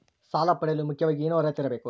ಸಾಲ ಪಡೆಯಲು ಮುಖ್ಯವಾಗಿ ಏನು ಅರ್ಹತೆ ಇರಬೇಕು?